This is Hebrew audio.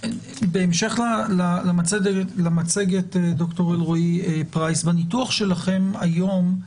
בהמשך למצגת, ד"ר אלרעי פרייס, בניתוח שלכם היום,